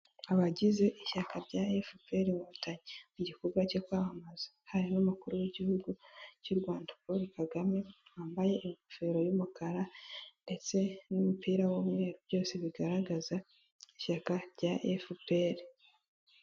Abagize ishyaka rya fpr batangiye gikorwa cyo kwamamaza hari n'umukuru w'igihugu cy'u Rwanda Paul Kagame wambaye ingofero y'umukara ndetse n'umupira w'umweru byose bigaragaza ishyaka rya fpr.